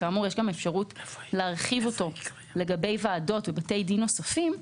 ויש גם אפשרות להרחיב אותו לגבי ועדות ובתי דין נוספים,